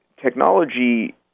technology